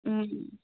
হুম